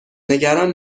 نگران